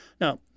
Now